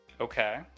Okay